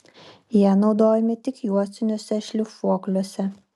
jie naudojami tik juostiniuose šlifuokliuose